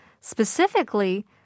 Specifically